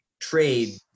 trade